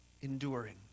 enduring